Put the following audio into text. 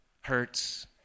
hurts